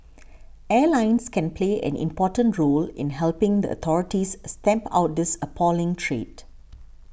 airlines can play an important role in helping the authorities stamp out this appalling trade